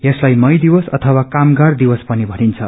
यसलाई मई दिवस अथवा कामगार दिवस पनि भनिन्छ